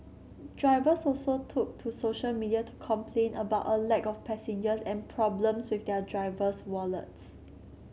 drivers also took to social media to complain about a lack of passengers and problems with their driver's wallets